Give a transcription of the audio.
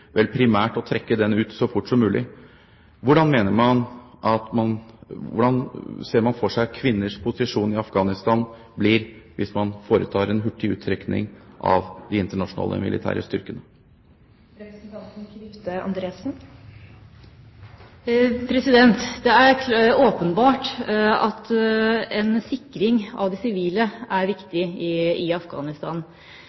vel primært å trekke den ut så fort som mulig. Hvordan ser man for seg at kvinners posisjon i Afghanistan blir hvis man foretar en hurtig uttrekning av de internasjonale militære styrkene? Det er åpenbart at en sikring av de sivile er